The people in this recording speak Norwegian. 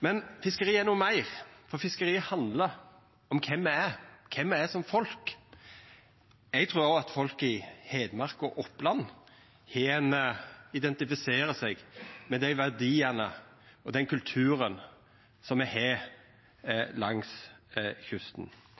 Men fiskeri er noko meir, for fiskeri handlar om kven me er, kven me er som folk. Eg trur at folk i Hedmark og Oppland òg identifiserer seg med dei verdiane og den kulturen som me har langs kysten.